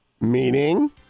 Meaning